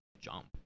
jump